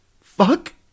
Fuck